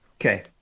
Okay